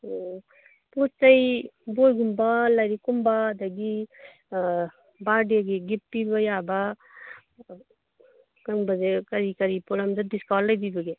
ꯑꯣ ꯄꯣꯠ ꯆꯩ ꯕꯣꯏꯒꯨꯝꯕ ꯂꯥꯏꯔꯤꯛ ꯀꯨꯝꯕ ꯑꯗꯒꯤ ꯕꯥꯔꯗꯦꯒꯤ ꯒꯤꯕ ꯄꯤꯕ ꯌꯥꯕ ꯀꯔꯝꯕꯁꯦ ꯀꯔꯤ ꯀꯔꯤ ꯄꯣꯠꯂꯝꯗ ꯗꯤꯁꯀꯥꯎꯟ ꯂꯩꯕꯤꯕꯒꯦ